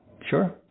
Sure